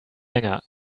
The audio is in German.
länger